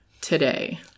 today